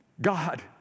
God